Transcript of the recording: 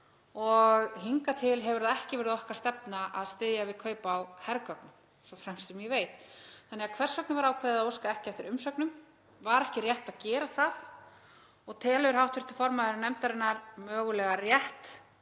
og hingað til hefur það ekki verið okkar stefna að styðja við kaup á hergögnum svo framarlega sem ég veit. Hvers vegna var ákveðið að óska ekki eftir umsögnum? Var ekki rétt að gera það? Telur hv. formaður nefndarinnar mögulega rétt